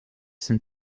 sind